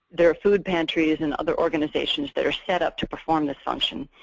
there are food pantries and other organizations that are set up to perform this function.